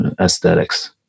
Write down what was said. aesthetics